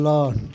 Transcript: Lord